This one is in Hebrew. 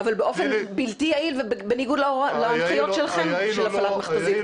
אבל באופן בלתי יעיל ובניגוד להנחיות שלכם של הפעלת מכת"זית.